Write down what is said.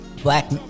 Black